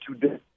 today